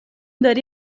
داری